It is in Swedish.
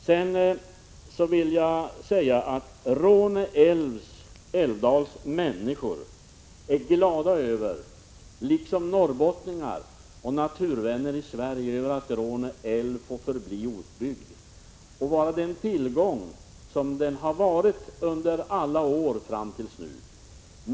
Människorna i Råne älvs älvdal liksom norrbottningar och naturvänner i hela Sverige är glada över att Råne älv får förbli outbyggd och vara den tillgång som den har varit under alla år fram till nu.